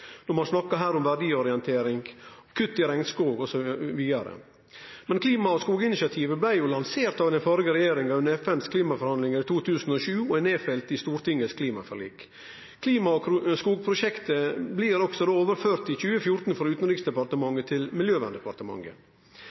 Klima- og skoginitiativet blei lansert av den førre regjeringa under FNs klimaforhandlingar i 2007 og er nedfelt i Stortingets klimaforlik. Klima- og skogprosjektet blir også overført i 2014 frå Utanriksdepartementet til Miljøverndepartementet.